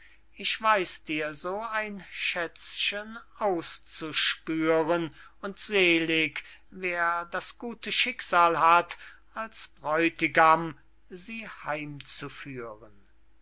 ich weiß dir so ein schätzchen auszuspüren und selig wer das gute schicksal hat als bräutigam sie